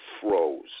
froze